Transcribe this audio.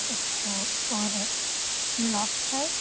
اچھا اور لابسٹر